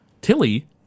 Tilly